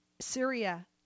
Syria